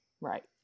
Right